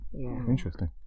Interesting